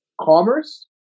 commerce